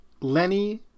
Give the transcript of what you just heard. Lenny